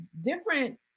different